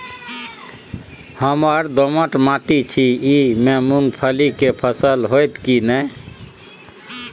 हमर दोमट माटी छी ई में मूंगफली के फसल होतय की नय?